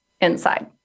inside